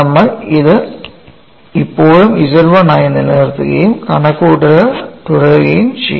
നമ്മൾ ഇത് ഇപ്പോഴും Z 1 ആയി നിലനിർത്തുകയും കണക്കുകൂട്ടൽ തുടരുകയും ചെയ്യും